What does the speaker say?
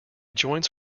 joints